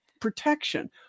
protection